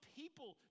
people